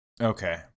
Okay